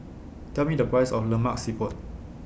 Tell Me The Price of Lemak Siput